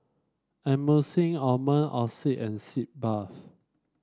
Emulsying Ointment Oxy and Sitz Bath